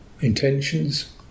intentions